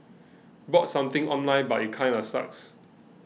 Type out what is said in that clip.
bought something online but it kinda sucks